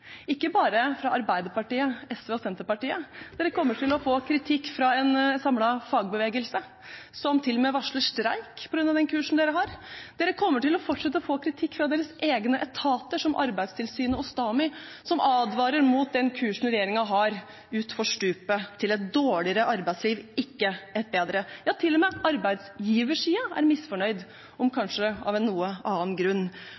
ikke bare fra Arbeiderpartiet, SV og Senterpartiet, men dere kommer til å få kritikk fra en samlet fagbevegelse, som til og med varsler streik på grunn av den kursen dere har. Dere kommer til å fortsette å få kritikk fra deres egne etater, som Arbeidstilsynet og STAMI, som advarer mot den kursen regjeringen har, utfor stupet, til et dårligere arbeidsliv, ikke et bedre. Ja, til og med arbeidsgiversiden er misfornøyd, om kanskje av en noe annen grunn.